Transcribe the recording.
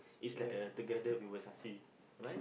is like a together we will succeed right